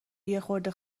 یخورده